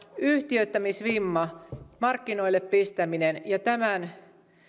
yhtiöittämisvimma markkinoille pistäminen ja tämän